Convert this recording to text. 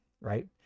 right